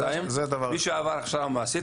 של צבא הגנה לישראל ויפעלו לפי הנחיותיו,